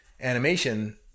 animation